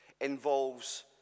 involves